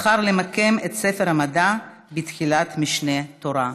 בחר למקם את ספר המדע בתחילת משנה תורה.